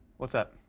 what's up?